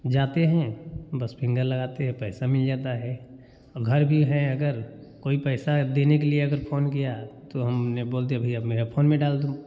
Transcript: जाते हैं बस फिंगर लगाते हैं पैसा मिल जाता है घर भी हैं अगर कोई पैसा देने के लिए अगर फोन किया तो हमने बोल दिया भैया अब मेरे फोन में डाल दो